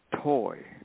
toy